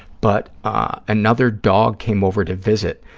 but another dog came over to visit